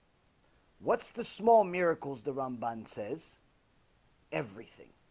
what's the small miracles the rom bond says everything